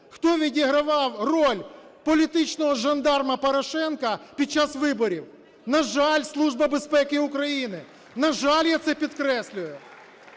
Хто відігравав роль політичного жандарма Порошенка під час виборів? На жаль, Служба безпеки України. На жаль, я це підкреслюю.